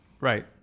Right